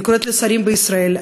אני קוראת לשרים בישראל,